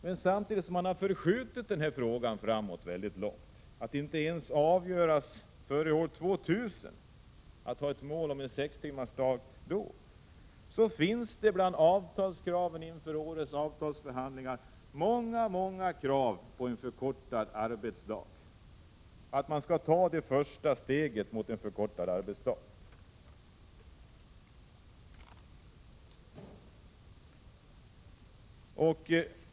Men samtidigt som frågan om sextimmarsdagen har förskjutits långt framåt i tiden, så att den inte ens skall avgöras före år 2000, finns det bland kraven inför årets avtalsförhandlingar många krav på att det första steget mot en förkortad arbetsdag skall tas.